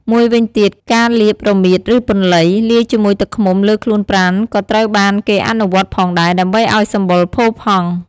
មួយវិញទៀត ការលាប រមៀត ឬ ពន្លៃ លាយជាមួយទឹកឃ្មុំលើខ្លួនប្រាណក៏ត្រូវបានគេអនុវត្តផងដែរ ដើម្បីឱ្យសម្បុរផូរផង់។